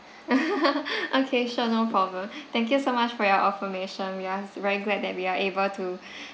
okay sure no problem thank you so much for your affirmation yes very glad that we are able to